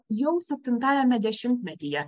jau septintajame dešimtmetyje